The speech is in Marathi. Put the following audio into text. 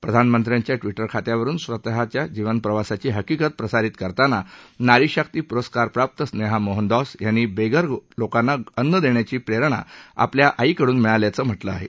प्रधानमंत्र्यांच्या ट्विटर खात्यावरुन स्वतःचा जीवनप्रवासाची हकिकत प्रसारित करताना नारी शक्ती पुरस्कारप्राप्त स्नेहा मोहनदॉस यांनी बेघर लोकांना अन्न देण्याची प्रेरणा आपल्या आईकडून मिळाल्याचं म्हटलं आहे